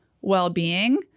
well-being